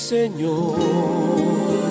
Señor